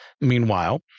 meanwhile